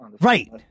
Right